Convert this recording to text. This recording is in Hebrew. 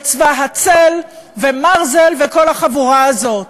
וצבא "הצל" ומרזל וכל החבורה הזאת.